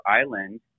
Island